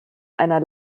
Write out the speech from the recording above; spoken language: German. einer